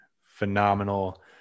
phenomenal